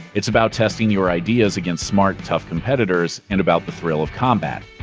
it's about testing your ideas against smart, tough competitors, and about the thrill of combat.